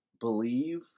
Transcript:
believe